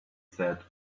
said